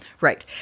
Right